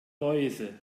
läuse